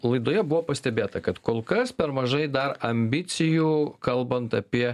laidoje buvo pastebėta kad kol kas per mažai dar ambicijų kalbant apie